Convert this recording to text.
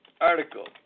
article